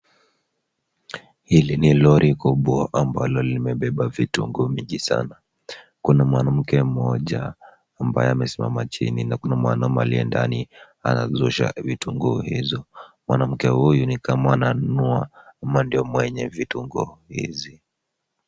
Hili ni lori kubwa ambalo limebeba vitunguu mingi sana. Kuna mwanamke mmoja ambaye amesimama chini na kuna mwanaume aliye ndani anarusha vitunguu hizo. Mwanamke huyu ni kama ananunua ama ndio mwenye vitunguu hizi.